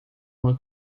uma